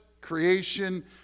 creation